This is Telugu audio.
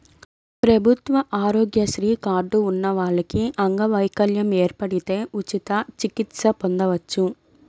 ప్రభుత్వ ఆరోగ్యశ్రీ కార్డు ఉన్న వాళ్లకి అంగవైకల్యం ఏర్పడితే ఉచిత చికిత్స పొందొచ్చు